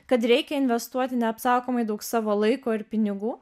kad reikia investuoti neapsakomai daug savo laiko ir pinigų